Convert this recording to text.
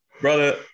brother